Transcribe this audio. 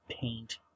paint